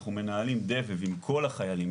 אנחנו מנהלים דבב עם כל החיילים,